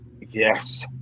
yes